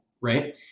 right